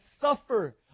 suffer